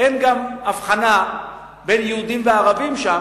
אין גם הבחנה בין יהודים לערבים שם,